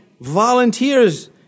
volunteers